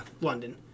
London